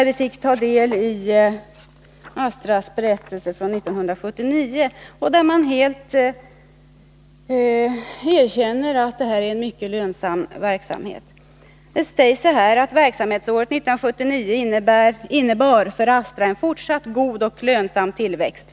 Vi fick där ta del av företagets verksamhetsberättelse för 1979. Där erkänner Astra helt öppet att dess verksamhet är mycket lönande. Det sägs: ”Verksamhetsåret 1979 innebar för Astra en fortsatt god och lönsam tillväxt.